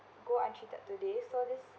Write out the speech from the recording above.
go untreated today so this